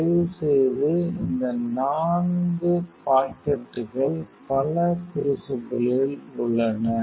தயவு செய்து இந்த 4 பாக்கெட்டுகள் பல க்ரூசிபிளில் உள்ளன